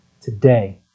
today